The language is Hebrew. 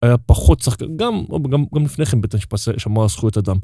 היה פחות שחחן, גם לפניכם בית המשפט שמר על זכויות אדם.